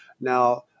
Now